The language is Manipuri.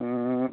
ꯎꯝ